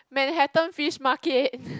Manhattan Fish Market